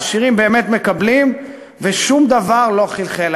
העשירים באמת מקבלים ושום דבר לא מחלחל.